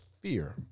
fear